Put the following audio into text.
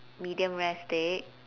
medium rare steak